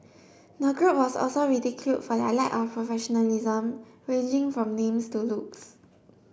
the group was also ridiculed for their lack of professionalism ranging from names to looks